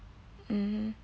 mmhmm